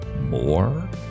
more